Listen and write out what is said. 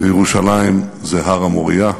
וירושלים זה הר-המוריה,